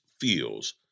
feels